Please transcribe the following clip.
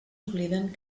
obliden